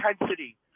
intensity